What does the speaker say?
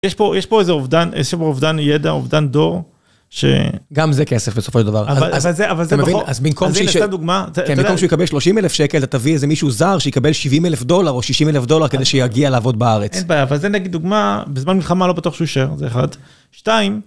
יש פה איזה עובדן, עובדן ידע, עובדן דור, ש... גם זה כסף בסופו של דבר. אבל זה, אבל זה... אתה מבין, אז במקום שהיא ש... אתה מבין, נותן דוגמא. כן, במקום שהיא תקבל 30 אלף שקל, אתה תביא איזה מישהו זר, שיקבל 70 אלף דולר או 60 אלף דולר, כדי שיגיע לעבוד בארץ. אין בעיה, אבל זה נגיד דוגמא, בזמן מלחמה לא בטוח שהוא יישאר. זה אחד. שתיים.